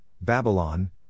Babylon